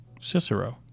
Cicero